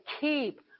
keep